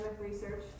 research